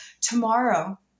Tomorrow